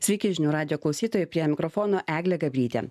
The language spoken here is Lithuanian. sykį žinių radijo klausytoja prie mikrofono eglė gabrytė